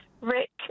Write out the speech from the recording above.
Rick